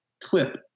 clip